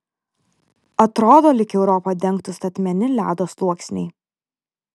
atrodo lyg europą dengtų statmeni ledo sluoksniai